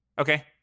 Okay